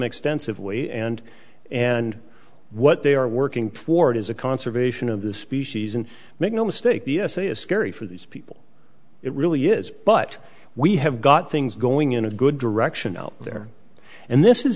extensively and and what they are working for it is a conservation of the species and make no mistake the essay is scary for these people it really is but we have got things going in a good direction out there and this is